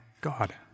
God